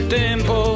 tempo